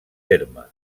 terme